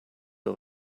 der